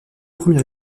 premiers